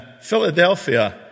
Philadelphia